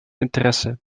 interesse